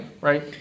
Right